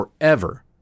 forever